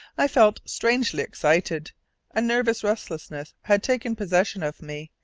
i felt strangely excited a nervous restlessness had taken possession of me.